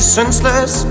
senseless